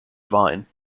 vine